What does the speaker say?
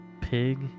pig